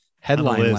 headline